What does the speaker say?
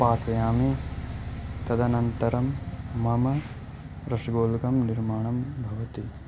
पाकयामि तदनन्तरं मम रषगोलकं निर्माणं भवति